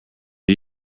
are